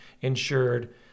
insured